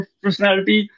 personality